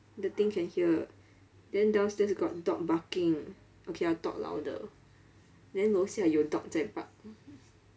the thing can hear then downstairs got dog barking okay I'll talk louder then 楼下有 dog 在 bark